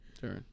Sure